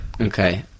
Okay